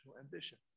ambition